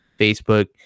Facebook